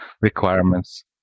requirements